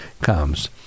comes